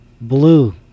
blue